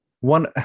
one